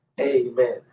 Amen